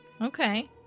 okay